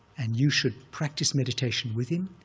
and you should practice meditation with him,